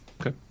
Okay